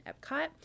Epcot